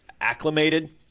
acclimated